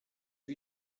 lui